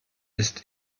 ist